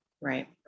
Right